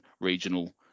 regional